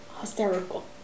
hysterical